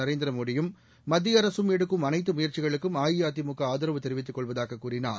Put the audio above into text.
நரேந்திர மோடியும் மத்திய அரசும் எடுக்கும் அனைத்து முயற்சிகளுக்கும் அஇஅதிமுக ஆதரவு தெரிவித்துக் கொள்வதாக கூறினார்